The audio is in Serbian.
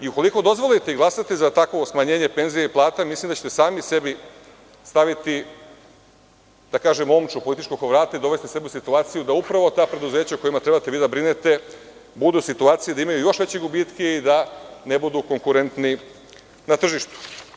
Ukoliko dozvolite, i glasate za takvo smanjenje penzija i plata mislim da ćete sami sebi staviti, da kažem, političku omču oko vrata i dovesti sebe u situaciju da upravo ta preduzeća, o kojima trebate vi da brinete, budu u situaciji da imaju još veće gubitke i da ne budu konkurentni na tržištu.